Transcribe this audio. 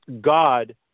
God